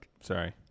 Sorry